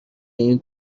این